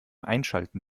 einschalten